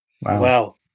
Wow